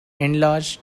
enlarged